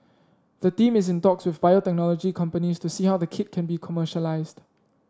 the team is in talks with biotechnology companies to see how the kit can be commercialised